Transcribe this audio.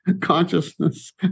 consciousness